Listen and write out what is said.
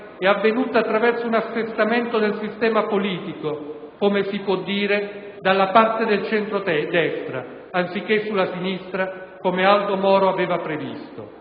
è avvenuta attraverso un assestamento del sistema politico - come si può dire - dalla parte del centrodestra, anziché sulla sinistra come Aldo Moro avevo previsto.